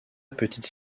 petite